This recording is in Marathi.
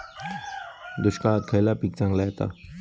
दुष्काळात खयला पीक चांगला येता?